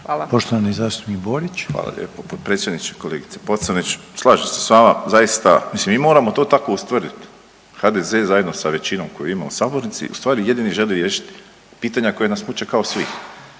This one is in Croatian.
Borić. **Borić, Josip (HDZ)** Hvala lijepo potpredsjedniče. Kolegice Pocrnić, slažem se s vama zaista mislim mi moramo to tako ustvrdit, HDZ zajedno sa većinom koju ima u sabornici ustvari jedini želi riješit pitanja koja nas muče kao svih.